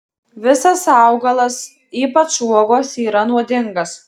visas augalas ypač uogos yra nuodingas